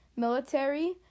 Military